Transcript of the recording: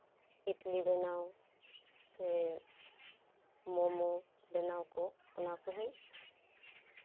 ᱤᱰᱞᱤ ᱵᱮᱱᱟᱣ ᱥᱮ ᱢᱳᱢᱳ ᱵᱮᱱᱟᱣ ᱠᱚ ᱚᱱᱟ ᱠᱚᱦᱚᱧ